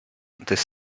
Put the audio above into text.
this